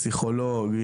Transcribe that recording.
פסיכולוג,